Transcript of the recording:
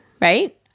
right